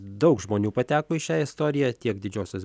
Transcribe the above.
daug žmonių pateko į šią istoriją tiek didžiosios